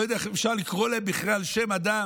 אני לא יודע איך בכלל אפשר לקרוא להם שם אדם.